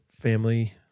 family